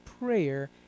prayer